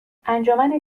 انجمن